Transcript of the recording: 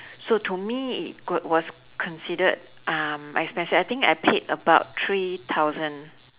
so to me it g~ was considered um expensive I think I paid about three thousand